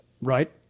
Right